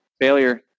failure